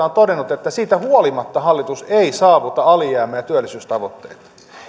on todettu että hallitus ei saavuta alijäämä ja työllisyystavoitteita